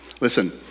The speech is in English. Listen